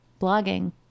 Blogging